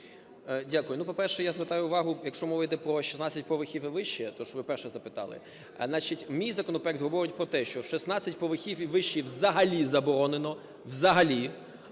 Дякую. Ну, по-перше, я звертаю увагу, якщо мова іде про 16 поверхів і вище, те, що ви перше запитали, значить мій законопроект говорить про те, що в 16 поверхів і вище взагалі заборонено, взагалі.